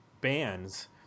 bands